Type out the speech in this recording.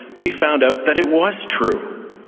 we found out that it was true.